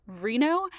Reno